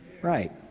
Right